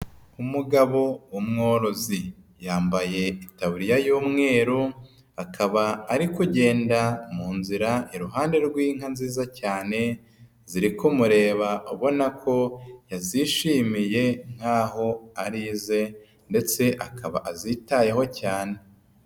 Umugabo w'umworozi yambaye itaburiya y'umweru, akaba ari kugenda mu nzira iruhande rw'inka nziza cyane, ziri kumureba ubona ko yazishimiye nkaho ari ize ndetse akaba azitayeho cyane.